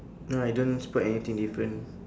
no I don't spot anything different